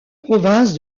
province